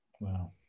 Wow